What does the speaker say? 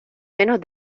menos